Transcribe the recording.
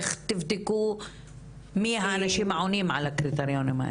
איך תבדקו מי האנשים העונים על הקריטריונים האלה.